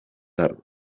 tarde